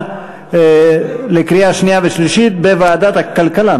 76), התשע"ג 2013, לוועדת הכספים נתקבלה.